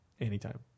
Anytime